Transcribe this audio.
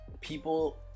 people